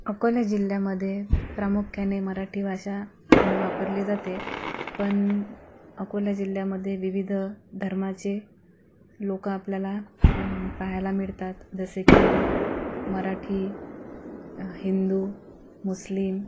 अकोला जिल्ह्यामध्ये प्रामुख्याने मराठी भाषा वापरली जाते पण अकोला जिल्ह्यामध्ये विविध धर्माचे लोक आपल्याला पाहायला मिळतात जसे की मराठी हिंदू मुस्लिम